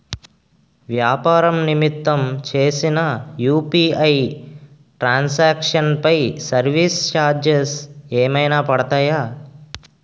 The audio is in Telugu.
వ్యాపార నిమిత్తం చేసిన యు.పి.ఐ ట్రాన్ సాంక్షన్ పై సర్వీస్ చార్జెస్ ఏమైనా పడతాయా?